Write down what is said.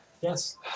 Yes